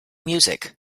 music